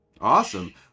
Awesome